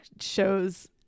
shows